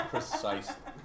Precisely